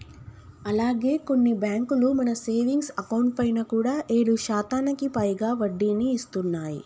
అలాగే కొన్ని బ్యాంకులు మన సేవింగ్స్ అకౌంట్ పైన కూడా ఏడు శాతానికి పైగా వడ్డీని ఇస్తున్నాయి